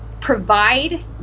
provide